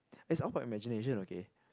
is all about imagination okay